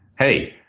hey,